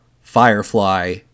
Firefly